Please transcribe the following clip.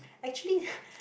actually